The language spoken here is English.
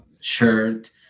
shirt